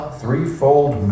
threefold